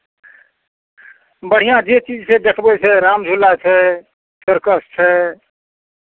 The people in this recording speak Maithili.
बढ़िआँ जे चीज देखबै से रामझूला छै सर्कस छै